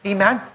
Amen